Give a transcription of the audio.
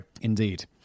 Indeed